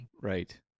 Right